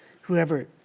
Whoever